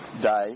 day